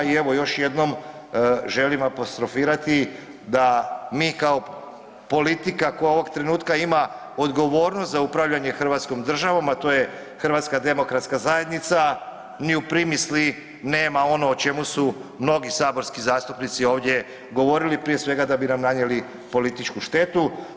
I evo još jednom želim apostrofirati da mi kao politika koja ovog trenutka ima odgovornost za upravljanje Hrvatskom državom, a to je Hrvatska demokratska zajednica ni u primisli nema ono o čemu su mnogi saborski zastupnici ovdje govorili prije svega da bi nam nanijeli političku štetu.